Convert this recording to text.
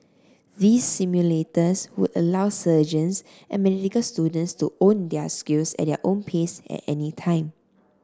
these simulators would allow surgeons and medical students to hone their skills at their own pace at any time